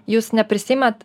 jūs neprisiimat